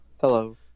Hello